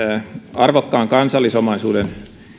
arvokkaan kansallisomaisuuden